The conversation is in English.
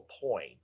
point